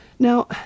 Now